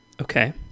Okay